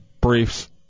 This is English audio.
Briefs